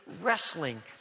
wrestling